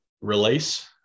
release